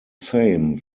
same